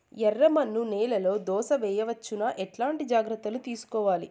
ఎర్రమన్ను నేలలో దోస వేయవచ్చునా? ఎట్లాంటి జాగ్రత్త లు తీసుకోవాలి?